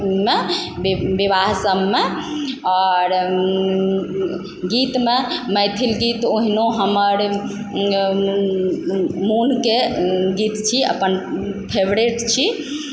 मे विवाह सभमे आओर गीतमे मैथिल गीत ओहिनो हमर मोनके गीत छी अपन फेवरेट छी